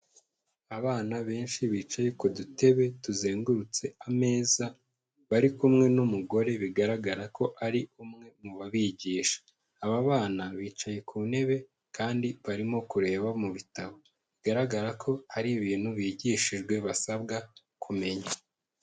Abana benshi bicaye ku dutebe tuzengurutse ameza bari kumwe n'umugore bigaragara ko ari umwe mu babigisha, aba bana bicaye ku ntebe kandi barimo kureba mu bitabo, bigaragara ko hari ibintu bigishijwe basabwa kumenya.